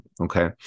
Okay